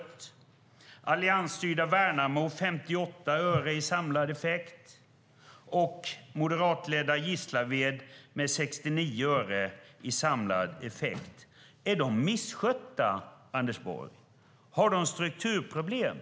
Det alliansstyrda Värnamo höjer med 58 öre i samlad effekt och det moderatledda Gislaved med 69 öre i samlad effekt. Är de misskötta, Anders Borg? Har de strukturproblem?